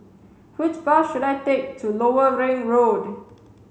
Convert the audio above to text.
which bus should I take to Lower Ring Road